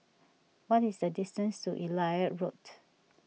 what is the distance to Elliot Road